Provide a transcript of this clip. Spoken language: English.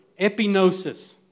epinosis